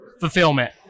fulfillment